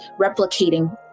replicating